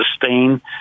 sustain